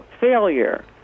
failure